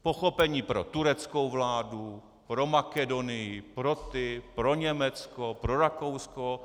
Pochopení pro tureckou vládu, pro Makedonii, pro ty, pro Německo, pro Rakousko.